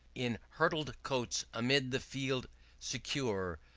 in hurdled cotes amid the field secure,